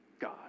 God